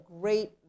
great